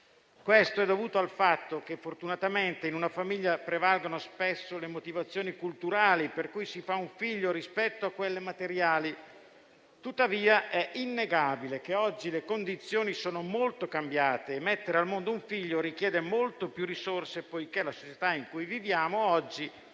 Questo è dovuto al fatto che fortunatamente in una famiglia prevalgono spesso le motivazioni culturali per cui si fa un figlio rispetto a quelle materiali. Tuttavia è innegabile che oggi le condizioni sono molto cambiate: mettere al mondo un figlio richiede molte più risorse, poiché la società in cui viviamo oggi non ci